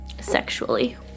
sexually